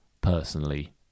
personally